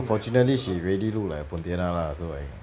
unfortunately she really look a pontianak lah so like